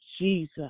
Jesus